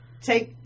Take